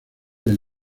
del